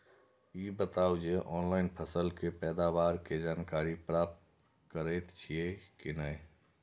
ई बताउ जे ऑनलाइन फसल के पैदावार के जानकारी प्राप्त करेत छिए की नेय?